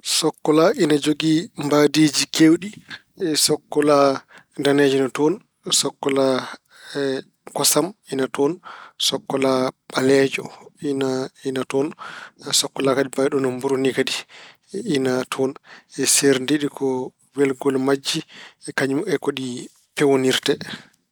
Sokkola ina jogii mbaydiiji keewɗi. Sokkola daneejo ina toon. Sokkola kosam ina toon. Sokkola ɓaleejo ina toon. Sokkola kadi mbayɗo no mburu ni kadi ina toon. Seerdi ɗi ko welgol majji e kañum e ko ɗi peewnirte.